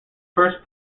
first